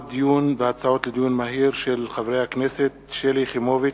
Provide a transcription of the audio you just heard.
הצעת חברי הכנסת שלי יחימוביץ,